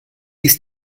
ist